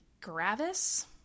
gravis